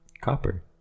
copper